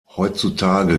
heutzutage